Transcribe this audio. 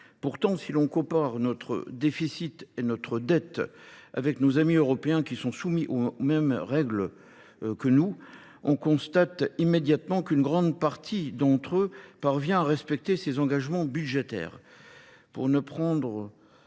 Pourtant, si l'on coparde notre déficit et notre dette avec nos amis européens qui sont soumis aux mêmes règles que nous, on constate immédiatement qu'une grande partie d'entre eux parvient à respecter ces engagements budgétaires. Pour ne prendre